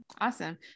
Awesome